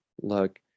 look